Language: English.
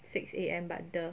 six A_M but the